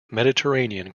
mediterranean